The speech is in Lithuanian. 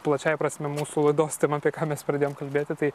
plačiąja prasme mūsų laidos tema apie ką mes pradėjom kalbėti tai